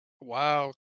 Wow